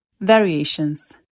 Variations